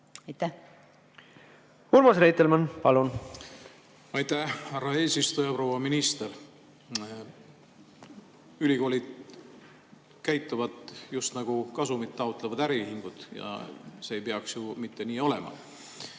palun! Urmas Reitelmann, palun! Aitäh, härra eesistuja! Proua minister! Ülikoolid käituvad justnagu kasumit taotlevad äriühingud ja see ei peaks ju nii olema.